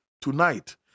Tonight